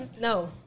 No